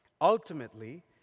ultimately